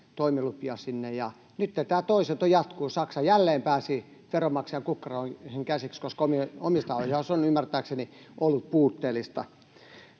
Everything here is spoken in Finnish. toimilupia sinne. Nytten tämä jatkuu: Saksa jälleen pääsi veronmaksajien kukkaroihin käsiksi, koska omistajaohjaus on ymmärtääkseni ollut puutteellista.